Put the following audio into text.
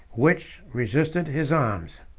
which resisted his arms.